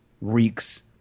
reeks